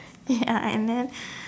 ya and then